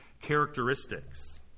characteristics